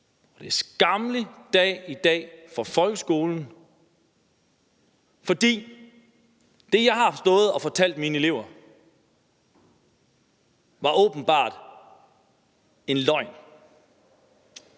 Det er en skammelig dag i dag for folkeskolen, fordi det, jeg har stået og fortalt mine elever, åbenbart var en løgn.